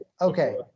okay